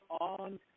on